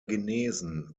genesen